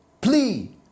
plea